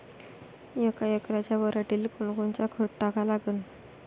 यका एकराच्या पराटीले कोनकोनचं खत टाका लागन?